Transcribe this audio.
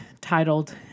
titled